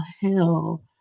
Hill